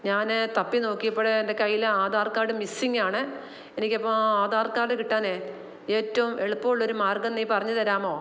ഞാൻ തപ്പിനോക്കിയപ്പോൾ എൻ്റെ കയ്യിൽ ആധാർ കാർഡ് മിസ്സിങ്ങാണ് എനിക്കപ്പോൾ ആ കിട്ടാൻ ഏറ്റവും എളുപ്പമുള്ളൊരു മാർഗ്ഗം നീ പറഞ്ഞു തരാമോ